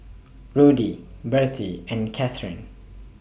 Rudy Bertie and Katheryn